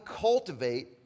cultivate